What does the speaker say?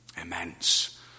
Immense